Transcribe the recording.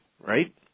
right